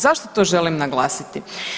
Zašto to želim naglasiti?